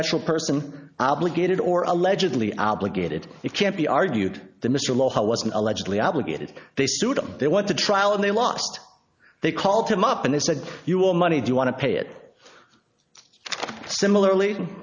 natural person obligated or allegedly obligated it can't be argued the mr law wasn't allegedly obligated they sued him they went to trial and they lost they called him up and they said you will money do you want to pay it similarly